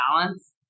balance